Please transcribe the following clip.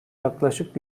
yaklaşık